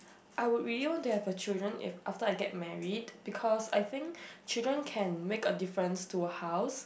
I would really want to have a children if after I get married because I think children can make a difference to a house